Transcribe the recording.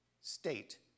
state